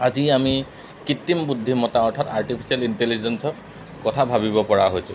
আজি আমি কৃত্ৰিম বুদ্ধিমত্তা অৰ্থাৎ আৰ্টিফিচিয়েল ইণ্টেলিজেঞ্চৰ কথা ভাবিব পৰা হৈছোঁ